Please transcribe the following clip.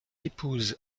épouse